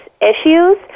issues